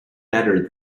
better